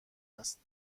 است